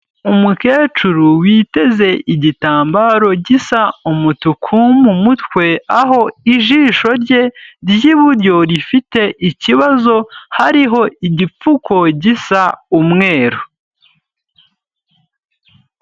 Umukecuru witeze igitambaro gisa umutuku mu mutwe, aho ijisho rye ry'iburyo rifite ikibazo, hariho igipfuko gisa umweru.